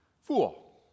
Fool